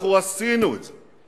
אנחנו עשינו את זה.